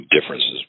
differences